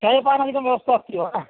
चायपानादिकं व्यवस्था अस्ति वा